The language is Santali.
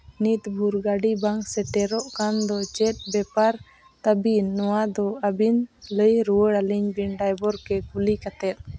ᱱᱤᱛ ᱵᱷᱳᱨ ᱜᱟᱹᱰᱤ ᱵᱟᱝ ᱥᱮᱴᱮᱨᱚᱜ ᱠᱟᱱ ᱫᱚ ᱪᱮᱫ ᱵᱮᱯᱟᱨ ᱛᱟᱹᱵᱤᱱ ᱱᱚᱣᱟ ᱫᱚ ᱟᱹᱵᱤᱱ ᱞᱟᱹᱭ ᱨᱩᱣᱟᱹᱲᱟᱞᱤᱧ ᱵᱤᱱ ᱰᱟᱭᱵᱚᱨ ᱜᱮ ᱠᱩᱞᱤ ᱠᱟᱛᱮ